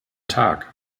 tag